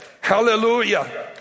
hallelujah